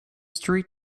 street